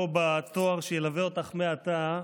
או בתואר שילווה אותך מעתה,